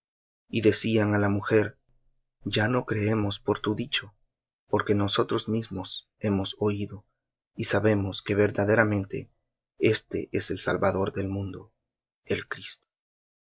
y decían á la mujer ya no creemos por tu dicho porque nosotros mismos hemos oído y sabemos que verdaderamente éste es el salvador del mundo el cristo